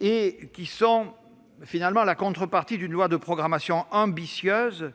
Ceux-ci sont d'une certaine façon la contrepartie d'une loi de programmation ambitieuse,